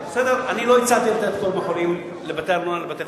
בסדר, אני לא הצעתי פטור מארנונה לבתי-חולים,